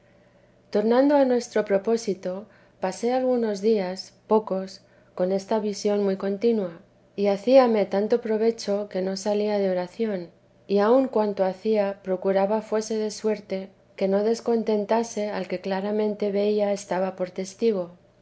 tornando a nuestro propósito pasé algunos días pocos con esta visión muy contina y hacíame tanto provecho que no salía de oración y aun cuanto hacía procuraba fuese de suerte que no descontentase al que claramente veía estaba por testigo